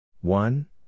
One